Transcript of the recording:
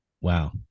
Wow